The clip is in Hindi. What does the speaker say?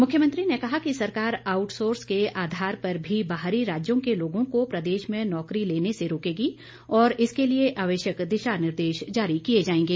मुख्यमंत्री ने कहा कि सरकार आउटसोर्स के आधार पर भी बाहरी राज्यों के लोगों को प्रदेश में नौकरी लेने से रोकेगी और इसके लिए आवश्यक दिशा निर्देश जारी किए जाएंगे